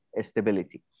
stability